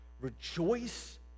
Rejoice